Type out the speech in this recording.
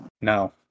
No